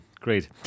Great